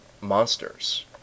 monsters